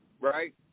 right